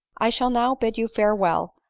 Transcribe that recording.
i shall now bid you farewell.